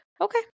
Okay